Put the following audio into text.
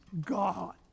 God